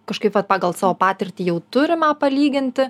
kažkaip vat pagal savo patirtį jau turimą palyginti